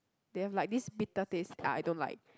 they have like this bitter taste ah I don't like